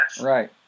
Right